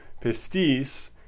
pistis